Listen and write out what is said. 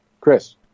Chris